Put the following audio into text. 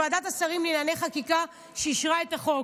לוועדת השרים לענייני חקיקה שאישרה את החוק.